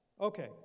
Okay